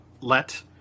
let